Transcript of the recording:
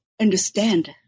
understand